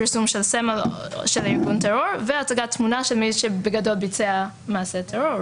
סמל של ארגון טרור והצגת תמונה של מי שביצע מעשה טרור,